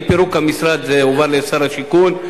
עם פירוק המשרד זה הועבר לשר השיכון.